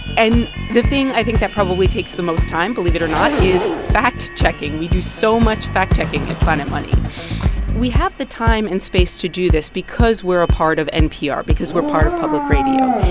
and the thing, i think, that probably takes the most time believe it or not is fact-checking. we do so much fact-checking at planet money we have the time and space to do this because we're a part of npr, because we're part of public radio.